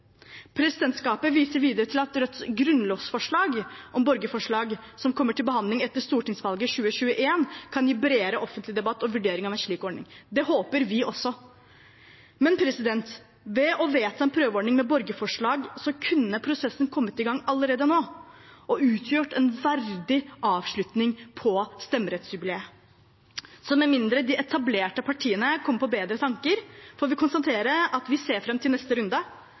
Presidentskapet viser videre til at Rødts grunnlovsforslag om borgerforslag, som kommer til behandling etter stortingsvalget i 2021, kan gi bredere offentlig debatt og vurdering av en slik ordning. Det håper vi også. Ved å vedta en prøveordning med borgerforslag kunne prosessen kommet i gang allerede nå og utgjort en verdig avslutning på stemmerettsjubileet, men med mindre de etablerte partiene kommer på bedre tanker, får vi konstatere at vi ser fram til neste runde.